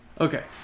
Okay